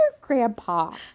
Grandpa